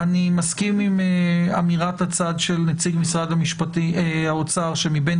אני מסכים עם אמירת הצד של נציג משרד האוצר שמבין